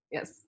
Yes